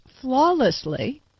flawlessly